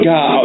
God